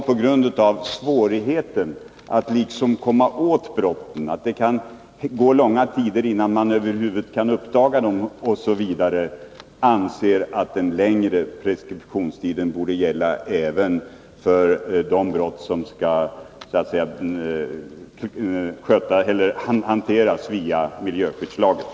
På grund av svårigheten att komma åt brotten — det kan gå långa tider innan man över huvud taget kan uppdaga dem — anser vi att den längre preskriptionstiden borde gälla även för de brott som skall hanteras via miljöskyddslagen.